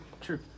True